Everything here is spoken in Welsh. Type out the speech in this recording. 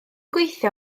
gweithio